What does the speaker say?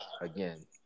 again